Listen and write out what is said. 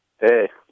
Hey